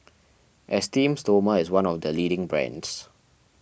Esteem Stoma is one of the leading brands